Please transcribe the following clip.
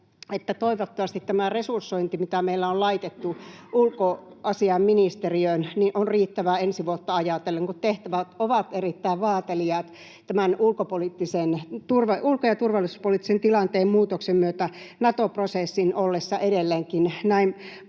toivottavasti tämä resursointi, mitä meillä on laitettu ulkoasiainministeriöön, on riittävää ensi vuotta ajatellen, kun tehtävät ovat erittäin vaateliaat tämän ulko- ja turvallisuuspoliittisen tilanteen muutoksen myötä Nato-prosessin ollessa edelleenkin näin pahasti